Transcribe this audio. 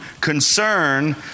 concern